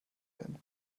werden